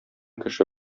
кеше